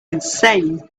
insane